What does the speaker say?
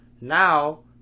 now